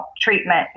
treatment